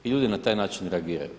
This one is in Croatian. I ljudi na taj način reagiraju.